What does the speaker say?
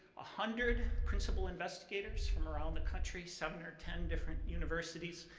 ah hundred principal investigators from around the country, seven or ten different universities,